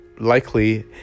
likely